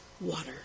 water